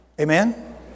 Amen